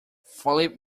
philip